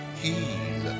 heal